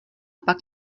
pak